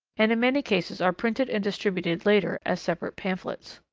and in many cases are printed and distributed later as separate pamphlets.